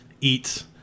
eats